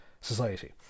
society